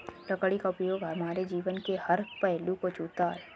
लकड़ी का उपयोग हमारे जीवन के हर पहलू को छूता है